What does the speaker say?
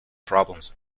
problems